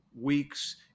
weeks